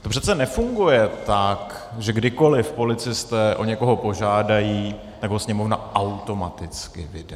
To přece nefunguje tak, že kdykoliv policisté o někoho požádají, tak ho Sněmovna automaticky vydá.